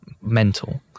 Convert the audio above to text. mental